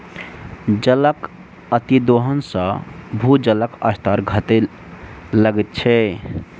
जलक अतिदोहन सॅ भूजलक स्तर घटय लगैत छै